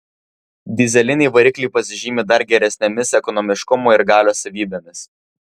dyzeliniai varikliai pasižymi dar geresnėmis ekonomiškumo ir galios savybėmis